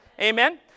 Amen